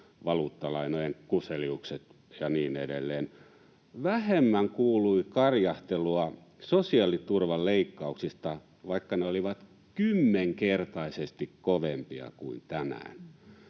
valuuttalainojen kuseliukset ja niin edelleen. Vähemmän kuului karjahtelua sosiaaliturvan leikkauksista, vaikka ne olivat kymmenkertaisesti kovempia kuin tänään.